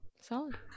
Solid